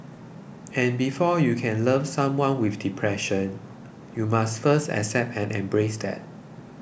and before you can love someone with depression you must first accept and embrace that